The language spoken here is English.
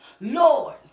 Lord